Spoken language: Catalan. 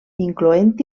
incloent